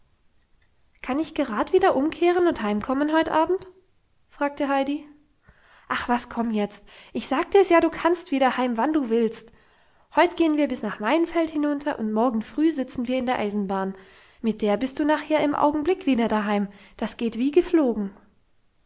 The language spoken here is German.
kann ich gerad wieder umkehren und heimkommen heut abend fragte heidi ach was komm jetzt ich sag dir's ja du kannst wieder heim wann du willst heut gehen wir bis nach maienfeld hinunter und morgen früh sitzen wir in der eisenbahn mit der bist du nachher im augenblick wieder daheim das geht wie geflogen